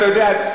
אתה יודע,